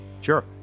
Sure